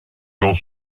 dans